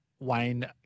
Wayne